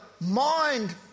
mind